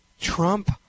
Trump